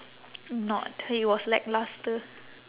not it was lacklustre